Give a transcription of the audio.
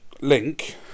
Link